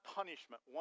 punishment